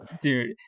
dude